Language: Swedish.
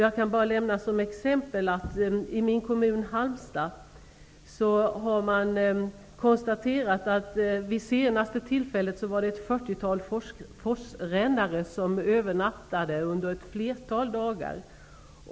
Jag kan som ett exempel nämna att man i min kommun Halmstad har konstaterat att det vid det senaste tillfället var ett fyrtiotal forsrännare som övernattade under ett flertal nätter.